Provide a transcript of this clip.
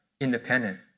independent